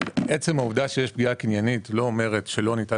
עצם העובדה שיש פגיעה קניינית לא אומרת שלא ניתן